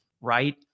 right